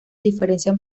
diferencian